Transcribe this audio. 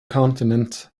continent